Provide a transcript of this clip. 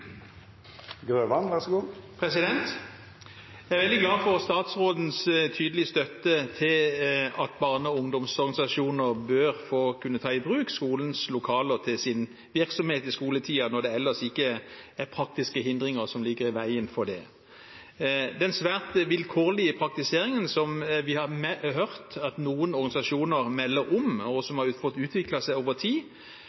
statsrådens tydelige støtte til at barne- og ungdomsorganisasjoner bør kunne få ta i bruk skolens lokaler til sin virksomhet i skoletiden når det ellers ikke er praktiske hindringer i veien for det. Den svært vilkårlige praktiseringen som vi har hørt at noen organisasjoner melder om, og som